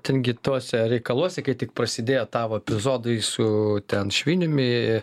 ten gi tuose reikaluose kai tik prasidėjo tavo epizodai su ten šviniumi